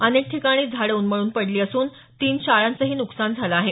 अनेक ठिकाणी झाडं उन्मळून पडली असून तीन शाळांचंही नुकसान झालं आहे